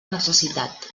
necessitat